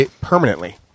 Permanently